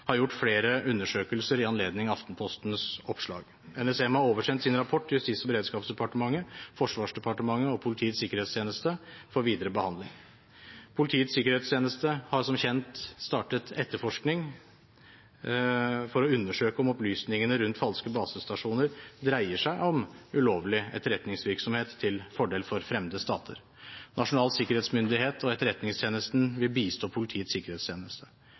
har gjort flere undersøkelser i anledning Aftenpostens oppslag. NSM har oversendt sin rapport Justis- og beredskapsdepartementet, Forsvarsdepartementet og Politiets sikkerhetstjeneste for videre behandling. Politiets sikkerhetstjeneste har som kjent startet etterforskning for å undersøke om opplysningene rundt falske basestasjoner dreier seg om ulovlig etterretningsvirksomhet til fordel for fremmede stater. Nasjonal sikkerhetsmyndighet og Etterretningstjenesten vil bistå Politiets sikkerhetstjeneste.